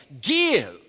give